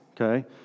okay